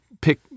pick